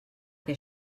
que